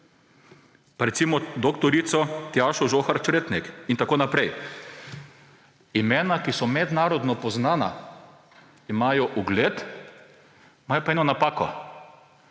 pa recimo dr. Tjašo Žohar Čretnik in tako naprej. Imena, ki so mednarodno poznana, imajo ugled, imajo pa eno napako